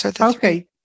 Okay